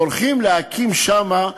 והולכים להקים שמה,